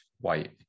white